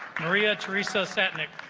maria teresa ascetic